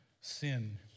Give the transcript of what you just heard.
sin